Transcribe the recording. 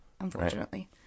unfortunately